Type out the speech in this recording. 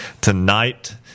tonight